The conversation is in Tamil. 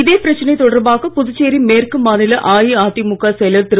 இதே பிரச்சனை தொடர்பாக புதுச்சேரி மேற்கு மாநில அஇஅதிமுக செயலர் திரு